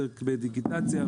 בדיגיטציה,